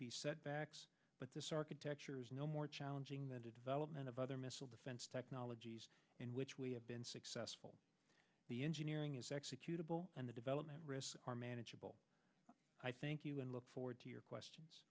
the setbacks but this architecture is no more challenging the development of other missile defense technologies in which we have been successful the engineering is executable and the development risks are manageable i thank you and look forward to your questions